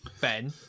ben